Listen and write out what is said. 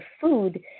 food